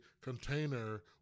container